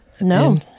No